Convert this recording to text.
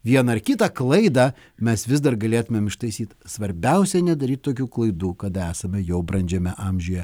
vieną ar kitą klaidą mes vis dar galėtumėm ištaisyt svarbiausia nedaryt tokių klaidų kada esame jau brandžiame amžiuje